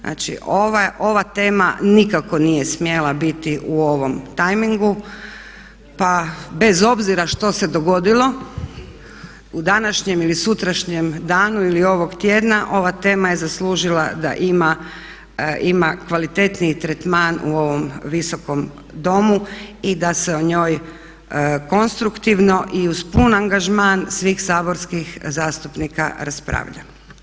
Znači ova tema nikako nije smjela biti u ovom tajmingu pa bez obzira što se dogodilo u današnjem ili sutrašnjem danu ili ovog tjedna ova tema je zaslužila da ima kvalitetniji tretman u ovom visokom domu i da se o njoj konstruktivno i uz pun angažman svih saborskih zastupnika raspravlja.